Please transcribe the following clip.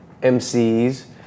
MCs